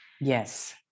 Yes